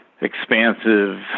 expansive